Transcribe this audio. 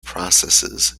processes